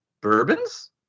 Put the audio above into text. Bourbons